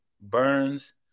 Burns